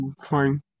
Fine